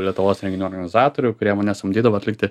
lietuvos renginių organizatorių kurie mane samdydavo atlikti